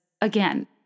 again